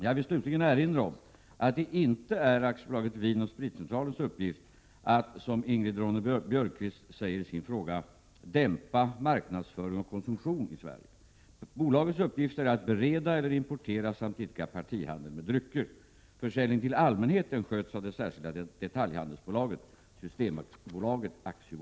Jag vill slutligen erinra om att det inte är AB Vin & Spritcentralens uppgift att, som Ingrid Ronne-Björkqvist säger i sin fråga, dämpa marknadsföring och konsumtion i Sverige. Bolagets uppgifter är att bereda eller importera samt idka partihandel med drycker. Försäljningen till allmänheten sköts av det särskilda detaljhandelsbolaget, Systembolaget AB.